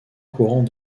courant